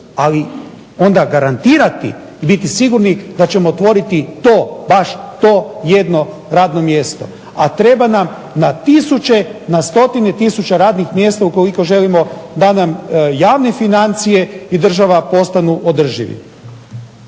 ali onda garantirati i biti sigurni da ćemo otvoriti to baš to jedno radno mjesto. A treba nam na stotine tisuća radnih mjesta ukoliko želimo da nam javne financije i država postanu održivi.